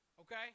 Okay